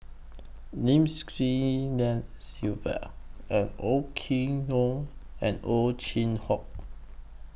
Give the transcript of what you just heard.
Lim Swee Lian Sylvia and Oei Tiong Ham and Ow Chin Hock